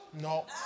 no